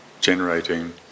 generating